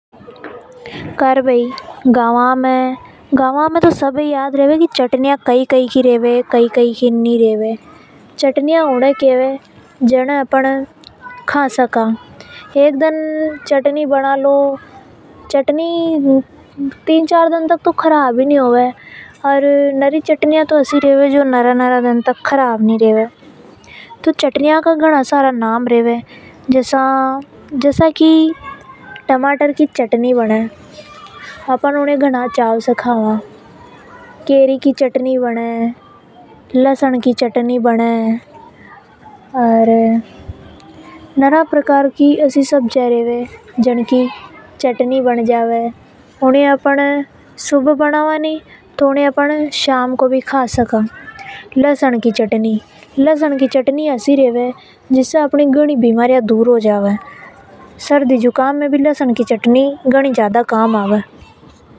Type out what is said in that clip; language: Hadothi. करे बाई गावा में तो सब ये याद रेवे कि चटनी या कई कई की होवे। चटनी ऊनी ये के वे जीने अपन का सका। एक दन चटनी बना लो तो या दूसरे दिन तक भी खराब नि होवे। नरी चटनियां तो घणा घणा दन तक खराब नि होवे तो इनका घणा सारा नाम है। जसा की टमाटर की चटनी बने अपन ऊनी ये घणा चाव से खावा। केरी की चटनी, लहसुन की चटनी बने ऐसी नरी सारी चटनियां बने जो घणी अच्छी लगे। लहसुन की चटनी से गणी सारी बीमारियां दूर होवे।